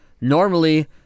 Normally